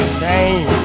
shame